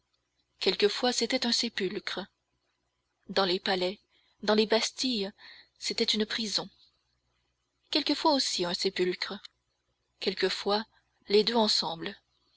quelquefois c'était un sépulcre dans les palais dans les bastilles c'était une prison quelquefois aussi un sépulcre quelquefois les deux ensemble